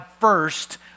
first